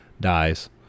dies